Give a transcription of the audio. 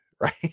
right